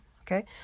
Okay